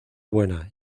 buena